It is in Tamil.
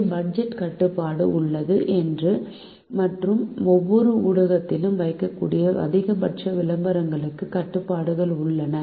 ஒரு பட்ஜெட் கட்டுப்பாடு உள்ளது மற்றும் ஒவ்வொரு ஊடகத்திலும் வைக்கக்கூடிய அதிகபட்ச விளம்பரங்களுக்கு கட்டுப்பாடுகள் உள்ளன